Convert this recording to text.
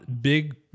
big